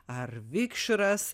ar vikšras